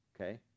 okay